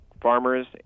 farmers